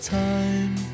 time